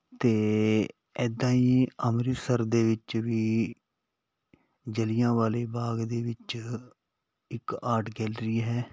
ਅਤੇ ਇੱਦਾਂ ਹੀ ਅੰਮ੍ਰਿਤਸਰ ਦੇ ਵਿੱਚ ਵੀ ਜਲਿਆਂ ਵਾਲੇ ਬਾਗ ਦੇ ਵਿੱਚ ਇੱਕ ਆਰਟ ਗੈਲਰੀ ਹੈ